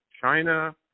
China